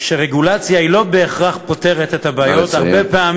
שרגולציה לא בהכרח פותרת את הבעיות, נא לסיים.